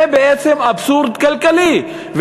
זה בעצם אבסורד כלכלי.